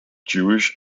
jewish